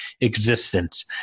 existence